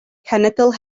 cenedl